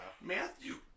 Matthew